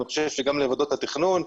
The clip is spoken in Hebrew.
ואני חושב שגם לוועדות התכנון,